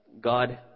God